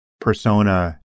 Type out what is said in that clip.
persona